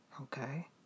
Okay